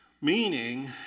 Meaning